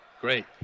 Great